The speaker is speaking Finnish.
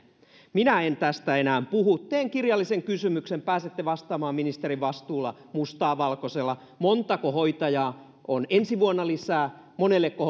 minä en tästä enää puhu teen kirjallisen kysymyksen pääsette vastaamaan ministerin vastuulla mustaa valkoisella montako hoitajaa on ensi vuonna lisää monelleko